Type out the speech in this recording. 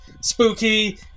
spooky